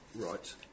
Right